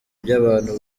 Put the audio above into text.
by’abantu